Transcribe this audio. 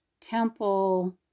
temple